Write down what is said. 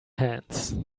hands